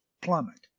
plummet